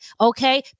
Okay